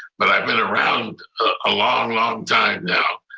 but i've been around a long, long time now.